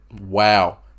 Wow